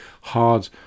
hard